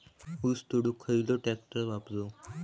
ऊस तोडुक खयलो ट्रॅक्टर वापरू?